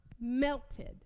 melted